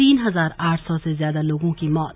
तीन हजार आठ सौ से ज्यादा लोगों की मौत